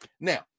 Now